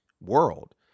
world